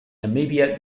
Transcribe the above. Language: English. namibia